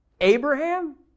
Abraham